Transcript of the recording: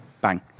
Bang